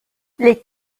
les